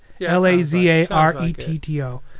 L-A-Z-A-R-E-T-T-O